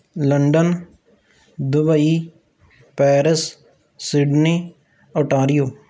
London Dubai Paris Sydney Ontario